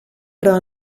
però